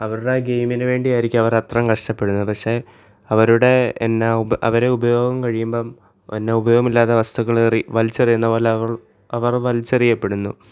അവരുടെ ഗെയിമിന് വേണ്ടി ആയിരിക്കാം അവർ അത്രയും കഷ്ടപ്പെടുന്നത് പക്ഷേ അവരുടെ എന്താണ് അവരെ ഉപയോഗം കഴിയുമ്പം എന്താണ് ഉപയോഗം ഇല്ലാത്ത വസ്തുക്കളെ വലിച്ചെറിയുന്നത് പോലെ അവൾ അവർ വലിച്ചെറിയപ്പെടുന്നു